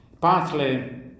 Partly